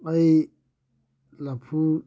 ꯑꯩ ꯂꯐꯨ